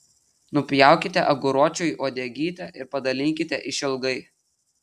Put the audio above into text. nupjaukite aguročiui uodegytę ir padalinkite išilgai